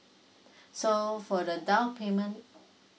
so for the down payment